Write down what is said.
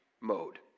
mode